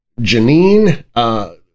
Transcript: Janine